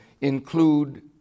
include